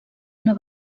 una